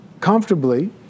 comfortably